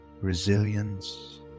resilience